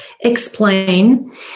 explain